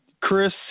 Chris